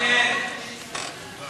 על